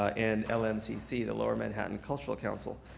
and lmcc, the lower manhattan cultural counsel.